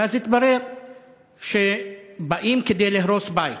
ואז התברר שבאים כדי להרוס בית.